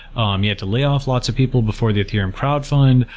um he had to layoff lots of people before the ethereum crowd fund.